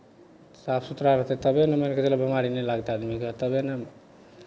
साफ सुथरा रहतै तबे ने मानि कऽ चलह बेमारी नै लागतै आदमीकेँ तबे ने